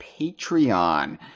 Patreon